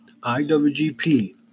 IWGP